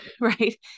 Right